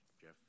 Jeff